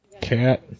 Cat